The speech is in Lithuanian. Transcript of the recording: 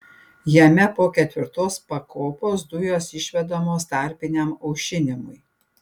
jame po ketvirtos pakopos dujos išvedamos tarpiniam aušinimui